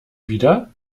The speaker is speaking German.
wieder